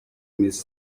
miss